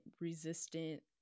resistant